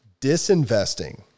Disinvesting